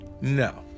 No